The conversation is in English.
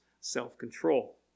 self-control